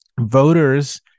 voters